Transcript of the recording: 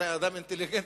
אתה אדם אינטליגנטי.